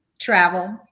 Travel